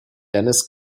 dennis